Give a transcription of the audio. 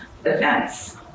Events